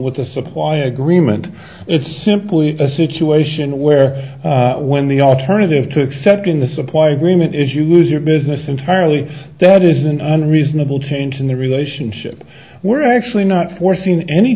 with the supply agreement it's simply a situation where when the alternative to accept in the supply agreement is you lose your business entirely that is an unreasonable taint in the relationship were actually not for